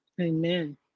Amen